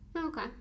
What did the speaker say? Okay